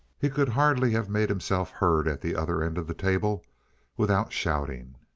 he could hardly have made himself heard at the other end of the table without shouting.